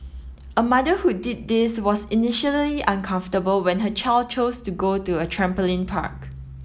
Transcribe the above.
a mother who did this was initially uncomfortable when her child chose to go to a trampoline park